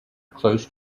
close